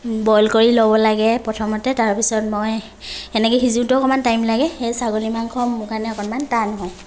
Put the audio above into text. boil কৰি ল'ব লাগে প্ৰথমতে তাৰপিছত মই এনেকে সিজোঁতেও অকণমান টাইম লাগে সেয়ে ছাগলী মাংস মোৰ কাৰণে অকণমান টান হয়